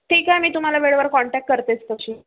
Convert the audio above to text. ठीक आहे मी तुम्हाला वेळेवर कॉन्टॅक करतेच तशी